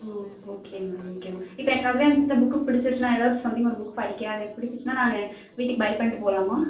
ஓ okay ma'am okay ma'am இப்போ எனக்கு அதுதான் எனக்கு இந்த புக்கு பிடிச்சுருச்சு நான் ஏதாவது சம்திங் ஒரு புக்கு படிக்கிறேன் அது எனக்கு பிடிச்சுச்சுன்னா நானு வீட்டுக்கு பை பண்ணிட்டு போகலாமா